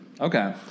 Okay